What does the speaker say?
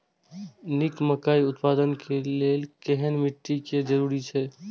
निक मकई उत्पादन के लेल केहेन मिट्टी के जरूरी छे?